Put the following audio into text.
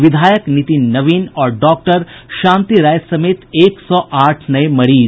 विधायक नितिन नवीन और डॉक्टर शांति राय समेत एक सौ आठ नये मरीज